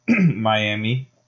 miami